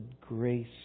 grace